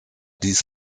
dies